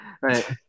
Right